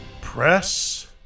Press